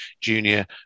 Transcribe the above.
Junior